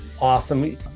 Awesome